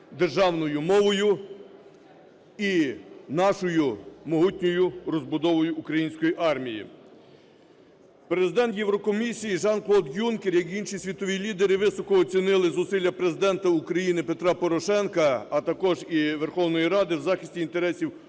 державною мовою і нашою могутньою розбудовою української армії. Президент Єврокомісії Жан-Клод Юнкер, як і інші світові лідери, високо оцінили зусилля Президента України Петра Порошенка, а також і Верховної Ради, в захисті інтересів України